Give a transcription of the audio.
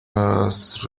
las